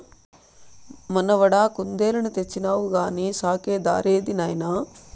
మనవడా కుందేలుని తెచ్చినావు కానీ సాకే దారేది నాయనా